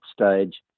stage